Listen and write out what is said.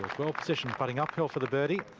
well positioned putting up hill for the birdie.